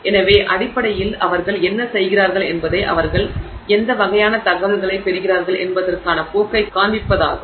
எனவே அடிப்படையில் அவர்கள் என்ன செய்கிறார்கள் என்பது அவர்கள் எந்த வகையான தகவல்களைப் பெறுகிறார்கள் என்பதற்கான போக்கைக் காண்பிப்பதாகும்